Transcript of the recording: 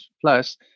plus